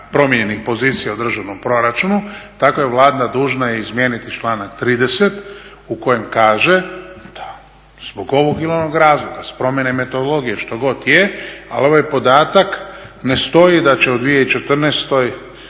promijenjenih pozicija u državnom proračunu tako je Vlada dužna i izmijeniti članak 30. u kojem kaže da zbog ovog ili onog razloga, promjene metodologije, štogod je, ali ovaj podatak ne stoji da će u 2014.